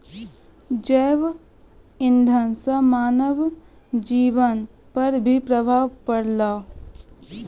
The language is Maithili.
जैव इंधन से मानव जीबन पर भी प्रभाव पड़लै